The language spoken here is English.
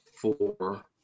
four